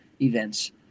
events